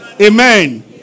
Amen